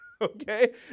Okay